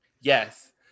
yes